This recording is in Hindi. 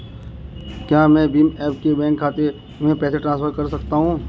क्या मैं भीम ऐप से बैंक खाते में पैसे ट्रांसफर कर सकता हूँ?